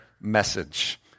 message